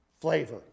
Flavor